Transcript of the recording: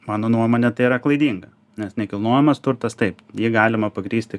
mano nuomone tai yra klaidinga nes nekilnojamas turtas taip jį galima pagrįsti